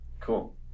Cool